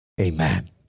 amen